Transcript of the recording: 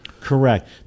Correct